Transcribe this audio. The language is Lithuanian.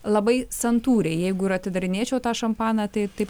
labai santūriai jeigu ir atidarinėčiau tą šampaną tai taip